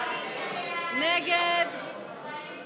סעיף